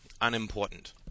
unimportant